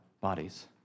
bodies